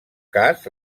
cas